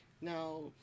Now